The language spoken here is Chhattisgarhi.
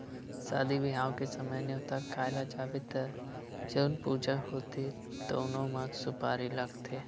सादी बिहाव के समे म, नेवता खाए ल जाबे त जउन पूजा होथे तउनो म सुपारी लागथे